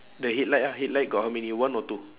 the headlight ah headlight got how many one or two